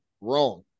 Wrong